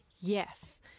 Yes